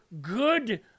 good